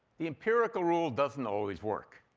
the empirical rule doesn't always work.